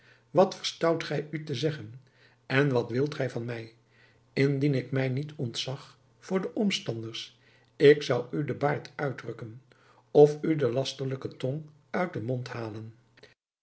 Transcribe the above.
wat verstout gij u te zeggen en wat wilt gij van mij indien ik mij niet ontzag voor de omstanders ik zou u den baard uitrukken of u den lasterlijken tong uit den mond halen